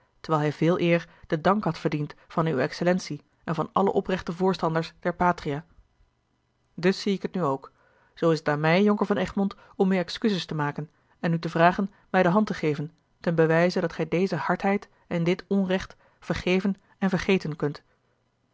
terwijl hij veeleer den dank had verdiend van uwe excellentie en van alle oprechte voorstanders der patria dus zie ik het nu ook zoo is het aan mij jonker van egmond om u excuses te maken en u te vragen mij de hand te geven ten bewijze dat gij deze hardheid en dit onrecht vergeven en vergeten kunt